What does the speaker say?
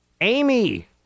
amy